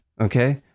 Okay